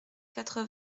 quatre